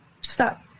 Stop